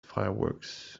fireworks